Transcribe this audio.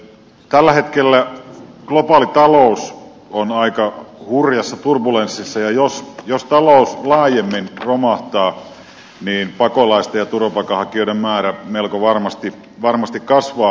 tällä hetkellä globaali talous on aika hurjassa turbulenssissa ja jos talous laajemmin romahtaa niin pakolaisten ja turvapaikanhakijoiden määrä melko varmasti kasvaa